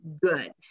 Good